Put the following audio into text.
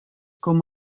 com